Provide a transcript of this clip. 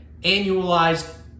annualized